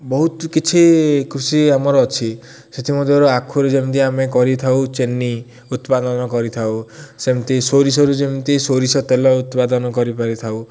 ବହୁତ କିଛି କୃଷି ଆମର ଅଛି ସେଥିମଧ୍ୟରୁ ଆଖୁରୁ ଯେମିତି ଆମେ କରିଥାଉ ଚିନି ଉତ୍ପାଦନ କରିଥାଉ ସେମିତି ସୋରିଷରୁ ଯେମିତି ସୋରିଷ ତେଲ ଉତ୍ପାଦନ କରିପାରି ଥାଉ